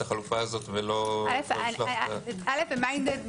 החלופה הזאת ולא לשלוח את --- הם מיינדד מראש,